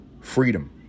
freedom